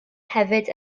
hefyd